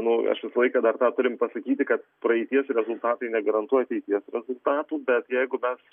nu aš visą laiką dar tą turim pasakyti kad praeities rezultatai negarantuoja ateities rezultatų bet jeigu mes